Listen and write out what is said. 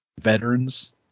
veterans